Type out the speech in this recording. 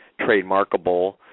trademarkable